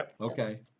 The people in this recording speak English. Okay